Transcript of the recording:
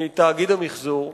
מתאגיד המיחזור.